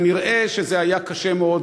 נראה שזה היה קשה מאוד,